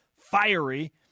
fiery